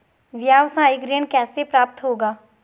व्यावसायिक ऋण कैसे प्राप्त होगा?